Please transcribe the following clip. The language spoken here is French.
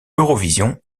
eurovision